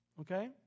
Okay